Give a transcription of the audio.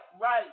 right